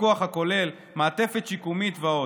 הפיקוח הכולל, מעטפת שיקומית ועוד.